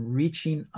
reaching